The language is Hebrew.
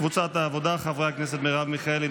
קבוצת סיעת העבודה: חברי הכנסת מרב מיכאלי,